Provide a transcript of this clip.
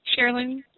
Sherilyn